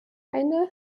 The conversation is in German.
eine